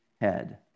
head